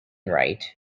wright